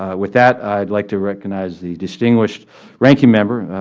ah with that, i would like to recognize the distinguished ranking member,